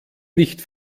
nicht